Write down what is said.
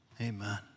Amen